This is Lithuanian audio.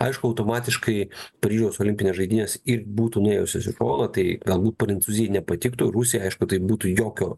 aišku automatiškai paryžiaus olimpinės žaidynės ir būtų nuėjusios į šoną tai galbūt prancūzijai nepatiktų rusija aišku tai būtų jokio